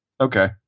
Okay